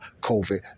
COVID